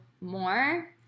more